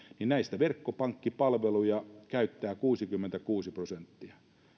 ja näistä verkkopankkipalveluja käyttää kuusikymmentäkuusi prosenttia